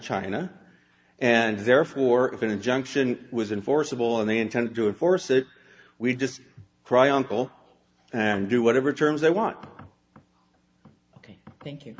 china and therefore if an injunction was in forcible and they intend to and force it we just cry uncle and do whatever terms they want ok thank you